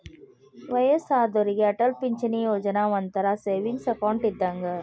ವಯ್ಯಸ್ಸಾದೋರಿಗೆ ಅಟಲ್ ಪಿಂಚಣಿ ಯೋಜನಾ ಒಂಥರಾ ಸೇವಿಂಗ್ಸ್ ಅಕೌಂಟ್ ಇದ್ದಂಗ